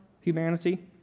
humanity